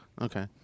Okay